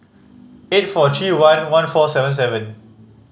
eight four three one one four seven seven